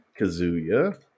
Kazuya